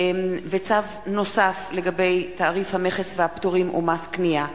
וצו נוסף לגבי תעריף המכס והפטורים ומס קנייה.